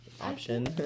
option